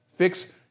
fix